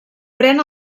pren